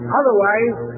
otherwise